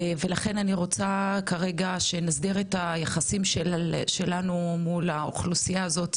ולכן אני רוצה כרגע שנסדיר את היחסים שלנו מול האוכלוסייה הזאת,